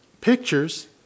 Pictures